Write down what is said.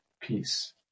peace